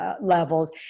levels